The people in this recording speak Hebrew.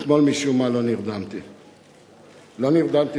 אתמול, משום מה, לא נרדמתי.